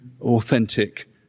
authentic